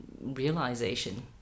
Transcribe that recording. realization